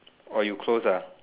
oh you close ah